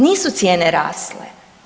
Nisu cijene rasle.